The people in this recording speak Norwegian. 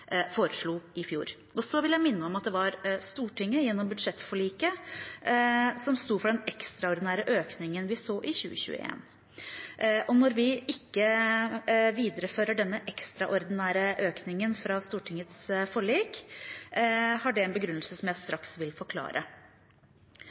foreslo i fjor. Så vil jeg minne om at det var Stortinget, gjennom budsjettforliket, som sto for den ekstraordinære økningen vi så i 2021. Når vi ikke viderefører denne ekstraordinære økningen fra Stortingets forlik, har det en begrunnelse som jeg